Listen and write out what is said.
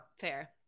fair